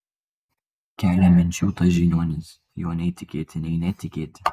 kelia minčių tas žiniuonis juo nei tikėti nei netikėti